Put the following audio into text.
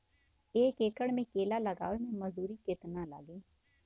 एक एकड़ में केला लगावे में मजदूरी कितना लागी?